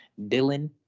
Dylan